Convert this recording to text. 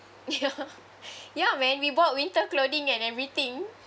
ya ya man we bought winter clothing and everything